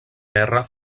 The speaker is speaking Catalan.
guerra